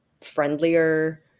friendlier